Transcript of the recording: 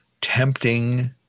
tempting